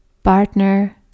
partner